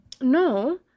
No